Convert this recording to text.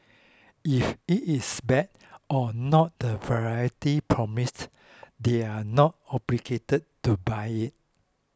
if it is bad or not the variety promised they are not obligated to buy it